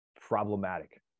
problematic